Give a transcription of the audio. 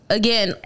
again